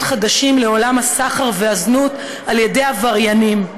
חדשים לעולם הסחר והזנות על ידי עבריינים,